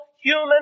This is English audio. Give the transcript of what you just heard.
human